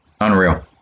Unreal